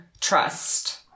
trust